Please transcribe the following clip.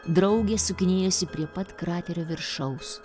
draugė sukinėjasi prie pat kraterio viršaus